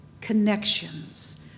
connections